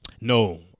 No